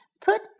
Put